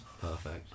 Perfect